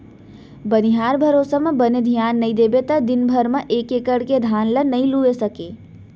बनिहार भरोसा म बने धियान नइ देबे त दिन भर म एक एकड़ के धान ल नइ लूए सकें